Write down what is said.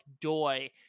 Doi